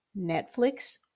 Netflix